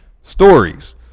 stories